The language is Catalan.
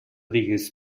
digues